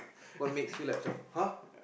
what makes you like macam !huh!